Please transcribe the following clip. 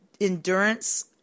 endurance